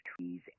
trees